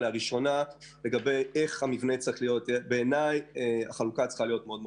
לגבי המבנה: בעיני החלוקה צריכה להיות מאוד ברורה.